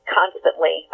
constantly